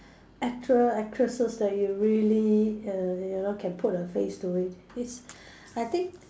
actor actresses that you really err you know can put a face to it is I think